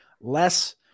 Less